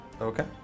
Okay